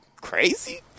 crazy